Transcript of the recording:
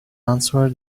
answer